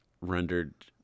rendered